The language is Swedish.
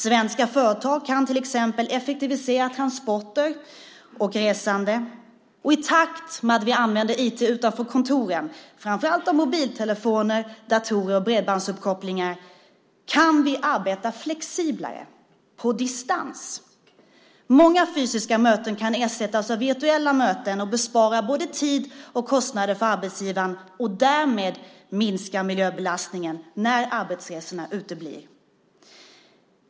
Svenska företag kan till exempel effektivisera transporter och resande, och i takt med att vi använder IT utanför kontoren, framför allt med mobiltelefoner, datorer och bredbandsuppkopplingar, kan vi arbeta flexiblare och på distans. Många fysiska möten kan ersättas av virtuella möten och spara både tid och kostnader för arbetsgivaren, och därmed minskar miljöbelastningen när arbetsresorna uteblir.